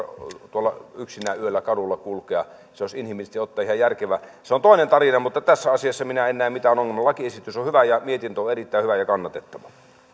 tuolla yksinään yöllä kadulla kulkea se olisi inhimillisesti ottaen ihan järkevää se on toinen tarina mutta tässä asiassa minä en näe mitään ongelmaa lakiesitys on hyvä ja mietintö on erittäin hyvä ja kannatettava